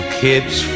kids